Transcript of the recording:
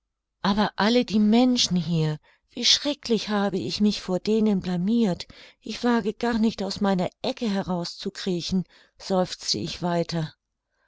aber alle die menschen hier wie schrecklich habe ich mich vor denen blamirt ich wage gar nicht aus meiner ecke heraus zu kriechen seufzte ich weiter